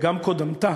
וגם קודמתה,